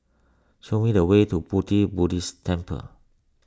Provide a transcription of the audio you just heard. show me the way to Pu Ti Buddhist Temple